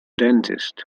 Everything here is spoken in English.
dentist